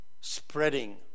spreading